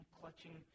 clutching